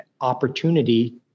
opportunity